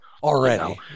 already